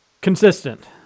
consistent